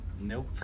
Nope